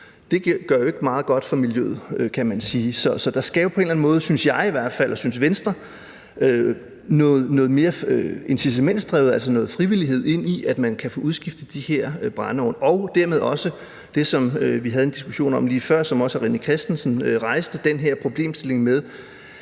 det gør jo ikke meget godt for miljøet, kan man sige. Så der skal jo på en eller anden måde – synes jeg og synes Venstre i hvert fald – noget mere incitamentsdrevet, altså noget frivillighed, ind i det, så man kan få udskiftet de her brændeovne. Og dermed også det, som vi havde en diskussion om lige før, som også hr. René Christensen rejste, altså den her problemstilling med,